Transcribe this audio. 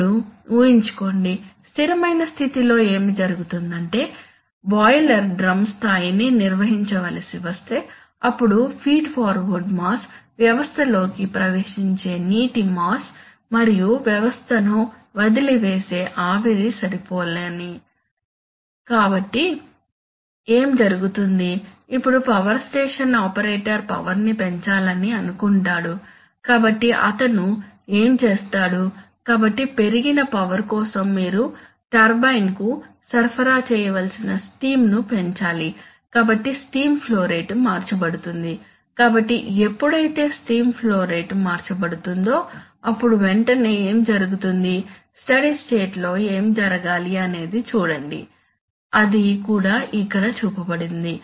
ఇప్పుడు ఊహించుకోండి స్థిరమైన స్థితిలో ఏమి జరుగుతుందంటే బాయిలర్ డ్రమ్ స్థాయిని నిర్వహించవలసి వస్తే అప్పుడు ఫీడ్ వాటర్ మాస్ వ్యవస్థలోకి ప్రవేశించే నీటి మాస్ మరియు వ్యవస్థను వదిలివేసే ఆవిరి సరిపోలాలి కాబట్టి ఏమి జరుగుతుంది ఇప్పుడు పవర్ స్టేషన్ ఆపరేటర్ పవర్ ని పెంచాలని అనుకుంటాడు కాబట్టి అతను ఏమి చేస్తాడు కాబట్టి పెరిగిన పవర్ కోసం మీరు టర్బైన్కు సరఫరా చేయవలిసిన స్టీమ్ ను పెంచాలి కాబట్టి స్టీమ్ ఫ్లో రేటు మార్చబడుతుంది కాబట్టి ఎప్పుడైతే స్టీమ్ ఫ్లో రేటు మార్చబడుతుందో అప్పుడు వెంటనే ఏమి జరుగుతుంది స్టడీ స్టేట్ లో ఏమి జరగాలి అనేది చూడండి అది కూడా ఇక్కడ చూపబడింది